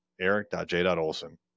eric.j.olson